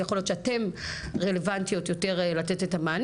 אז יכול להיות שאתן יותר רלוונטיות לתת את המענים.